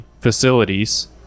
facilities